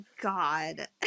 god